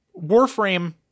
Warframe